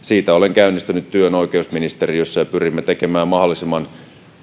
olen käynnistänyt työn oikeusministeriössä ja pyrimme tekemään mahdollisimman